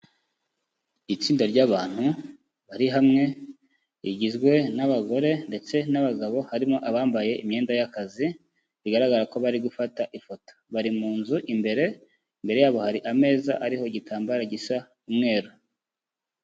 Itsinda ry'abantu bari hamwe, rigizwe n'abagore ndetse n'abagabo harimo abambaye imyenda y'akazi, bigaragara ko bari gufata ifoto. Bari mu nzu imbere, imbere yabo hari ameza ariho igitambaro gisa umweru.